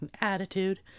attitude